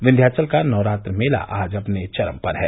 विन्याचल का नवरात्र मेला आज अपने चरम पर है